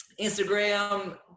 Instagram